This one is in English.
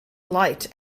light